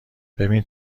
ببین